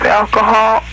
alcohol